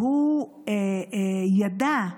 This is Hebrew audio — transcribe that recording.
שהוא ידע,